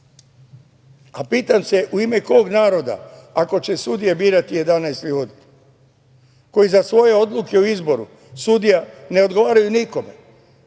a pitam se – u ime kog naroda ako će sudije birati 11 ljudi koji za svoje odluke o izboru sudija ne odgovaraju nikome